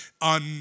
on